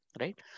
Right